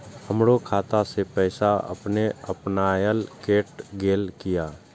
हमरो खाता से पैसा अपने अपनायल केट गेल किया?